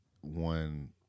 one